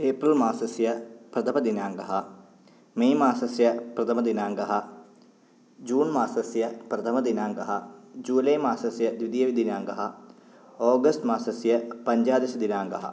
April मासस्य प्रथमदिनाङ्कः May मासस्य प्रथमदिनाङ्कः जून् मासस्य प्रथमदिनाङ्कः जुलै मासस्य द्वितीयदिनाङ्कः ओगस्ट् मासस्य पञ्चादशदिनाङ्कः